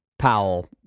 Powell